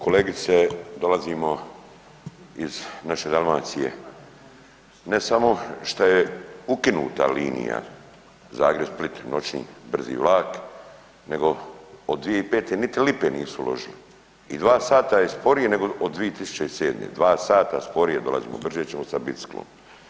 Kolegice, dolazimo iz naše Dalmacije, ne samo šta je ukinuta linija Zagreb-Split noćni brzi vlak, nego od 2005. niti lipe nisu uložili i dva sata je sporiji nego od 2007., dva sata sporije dolazimo, brže ćemo sa biciklom.